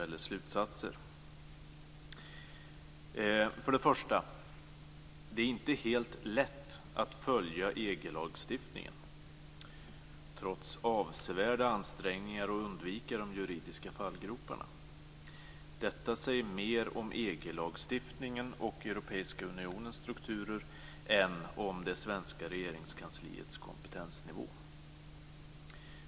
För det första: Det är inte helt lätt att följa EG lagstiftningen, trots avsevärda ansträngningar att undvika de juridiska fallgroparna. Detta säger mer om EG-lagstiftningen och Europeiska unionens strukturer än om det svenska regeringskansliets kompetensnivå.